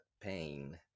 pain